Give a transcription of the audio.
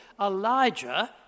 Elijah